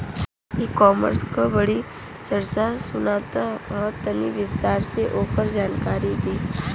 ई कॉमर्स क बड़ी चर्चा सुनात ह तनि विस्तार से ओकर जानकारी दी?